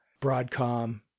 broadcom